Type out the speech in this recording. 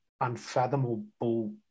unfathomable